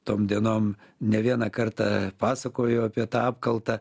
tom dienom ne vieną kartą pasakojau apie tą apkaltą